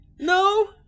No